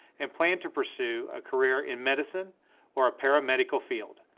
and plan to pursue a career in medicine or a paramedical field,